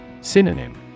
Synonym